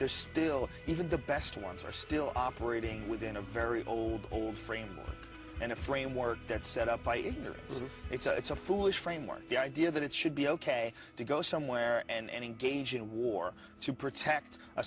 they're still even the best ones are still operating within a very old old frame and a framework that's set up by you or it's a foolish framework the idea that it should be ok to go somewhere and engage in war to protect a